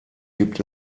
gibt